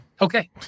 okay